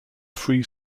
three